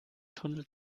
tunnel